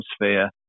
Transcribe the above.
atmosphere